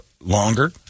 longer